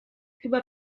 chyba